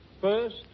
First